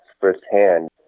firsthand